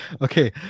Okay